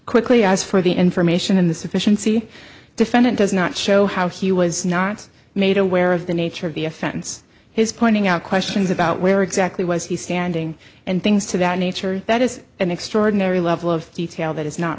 quickly as for the information in the sufficiency defendant does not show how he was not made aware of the nature of the offense his pointing out questions about where exactly was he standing and things to that nature that is an extraordinary level of detail that is not